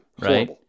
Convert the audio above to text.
Right